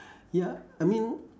ya I mean